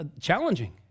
challenging